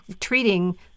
treating